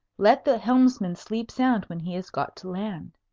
let the helmsman sleep sound when he has got to land!